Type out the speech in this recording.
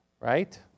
Right